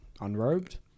unrobed